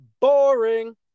boring